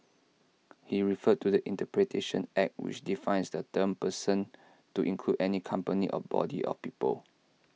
he referred to the interpretation act which defines the term person to include any company or body of people